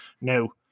No